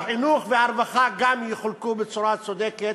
ושהחינוך והרווחה גם יחולקו בצורה צודקת,